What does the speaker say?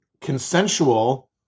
consensual